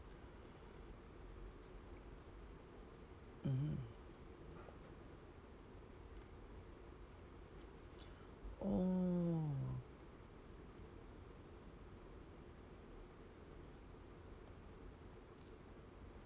mm oh